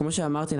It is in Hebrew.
כמו שאמרתי,